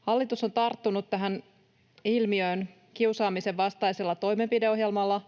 Hallitus on tarttunut tähän ilmiöön kiusaamisen vastaisella toimenpideohjelmalla,